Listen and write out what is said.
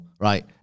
right